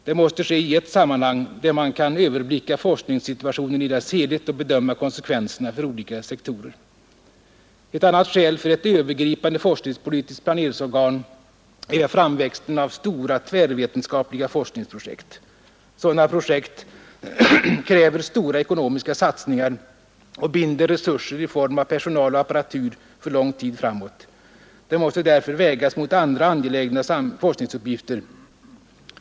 Det måste ske i ett sammanhang, där man kan överblicka forskningssituationen i dess helhet och bedöma konsekvenserna för olika sektorer. Ett annat skäl för ett övergripande forskningspolitiskt planeringsorgan är framväxten av stora, tvärvetenskapliga forskningsprojekt. Sådana projekt kräver stora ekonomiska satsningar och binder resurser i form av personal och apparatur för lång tid framåt. De måste därför vägas mot andra angelägna forskningsuppgifter.